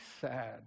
sad